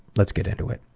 let's get into it.